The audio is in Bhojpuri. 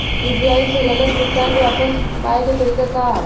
यू.पी.आई से गलत भुगतान के वापस पाये के तरीका का ह?